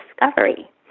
discovery